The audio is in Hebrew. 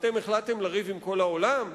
החלטתם לריב עם כל העולם?